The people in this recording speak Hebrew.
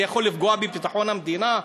זה יכול לפגוע בביטחון המדינה?